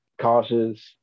cautious